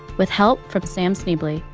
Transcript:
with help from sam schneble.